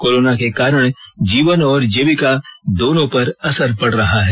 corona के कारण जीवन और जीविका दोनों पर असर पड़ रहा है